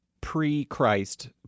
pre-Christ